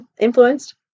influenced